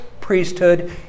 priesthood